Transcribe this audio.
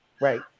Right